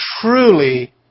truly